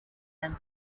can